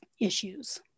issues